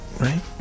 right